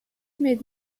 made